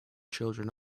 children